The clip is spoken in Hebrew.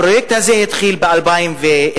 הפרויקט הזה התחיל ב-2001.